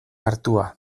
hartua